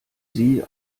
sie